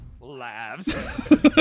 laughs